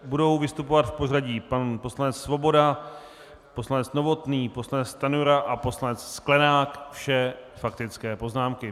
Budou vystupovat v pořadí: pan poslanec Svoboda, poslanec Novotný, poslanec Stanjura a poslanec Sklenák vše faktické poznámky.